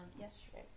yesterday